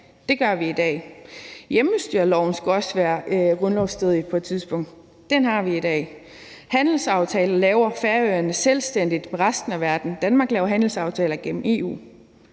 det gør vi i dag. Hjemmestyreloven skulle også have været grundlovsstridig på et tidspunkt; den har vi i dag. Handelsaftaler laver Færøerne selvstændigt med resten af verden. Danmark laver handelsaftaler gennem EU.